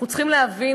אנחנו צריכים להבין,